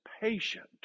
patient